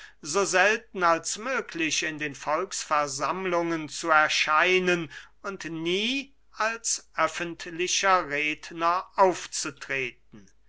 so selten als möglich in den volksversammlungen zu erscheinen und nie als öffentlicher redner aufzutreten